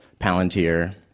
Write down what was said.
Palantir